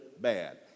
bad